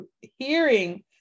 hearing